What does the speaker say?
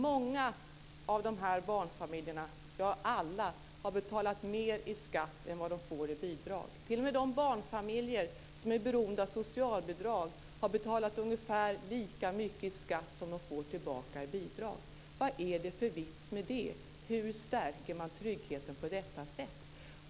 Många av de här barnfamiljerna - ja, alla - har betalat mer i skatt än vad de får i bidrag. T.o.m. de barnfamiljer som är beroende av socialbidrag har betalat ungefär lika mycket i skatt som de får tillbaka i bidrag. Vad är det för vits med det? Hur stärker man tryggheten på detta sätt?